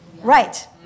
Right